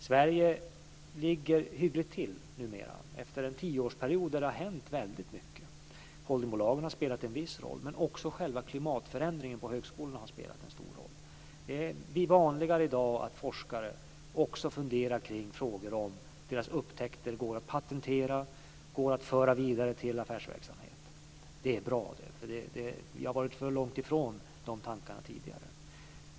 Sverige ligger hyggligt till numera, efter en tioårsperiod då det har hänt väldigt mycket. Holdingbolagen har spelat en viss roll. Men också själva klimatförändringen på högskolorna har spelat en stor roll. Det blir vanligare i dag att forskare också funderar kring frågor som om deras upptäckter går att patentera, går att föra vidare till en affärsverksamhet. Det är bra. Vi har varit för långt ifrån de tankarna tidigare.